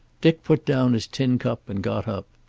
dick put down his tin cup and got up.